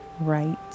right